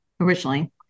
originally